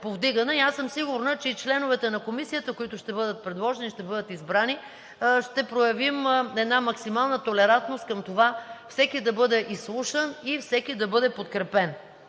повдигана. Аз съм сигурна, че и членовете на Комисията, които ще бъдат предложени, ще бъдат избрани, ще проявим една максимална толерантност към това всеки да бъде изслушан и всеки да бъде подкрепен.